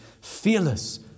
Fearless